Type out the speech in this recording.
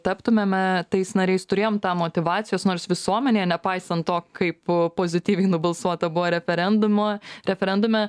taptumėme tais nariais turėjom tą motyvacijos nors visuomenėje nepaisant to kaip pozityviai nubalsuota buvo referendumo referendume